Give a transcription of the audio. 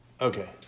Okay